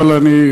אבל אני,